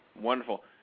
Wonderful